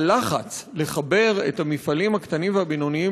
הלחץ לחבר את המפעלים הקטנים והבינוניים